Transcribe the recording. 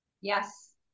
Yes